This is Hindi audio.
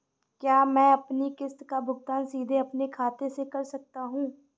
क्या मैं अपनी किश्त का भुगतान सीधे अपने खाते से कर सकता हूँ?